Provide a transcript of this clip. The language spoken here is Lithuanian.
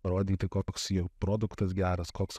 parodyti koks jo produktas geras koks